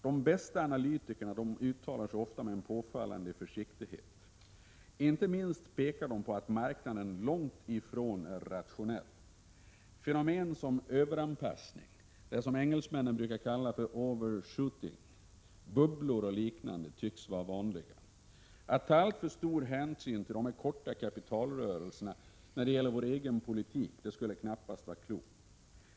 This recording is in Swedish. De bästa analytikerna uttalar sig ofta med en påfallande försiktighet. Inte minst pekar de på att marknaden långt ifrån alltid är rationell. Fenomen som överanpassning — det som engelsmännen brukar kalla för overshooting— bubblor och liknande tycks vara vanligt. Att ta alltför stor hänsyn till dessa korta kapitalrörelser i vår egen politik vore knappast klokt.